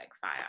fire